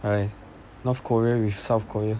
right north korea with south korea